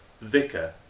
vicar